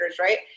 right